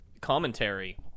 commentary